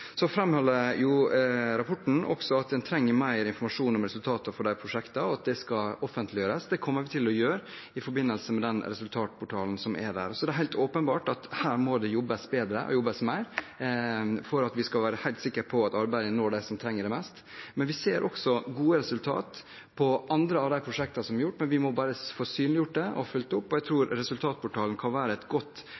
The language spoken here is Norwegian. at en trenger mer informasjon om resultatene for disse prosjektene, og at det skal offentliggjøres. Det kommer vi til å gjøre i resultatportalen. Det er helt åpenbart at her må det jobbes bedre, og det må jobbes mer for at vi skal være helt sikre på at arbeidet når dem som trenger det mest. Vi ser gode resultater på prosjekter som er gjennomført, men vi må få synliggjort det og fulgt det opp. Jeg tror